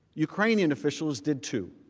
ukrainian officials did to.